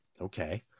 Okay